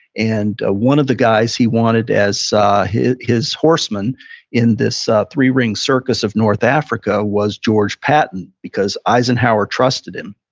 and ah one of the guys he wanted as his his horseman in this three-ring circus of north africa was george patton, because eisenhower trusted him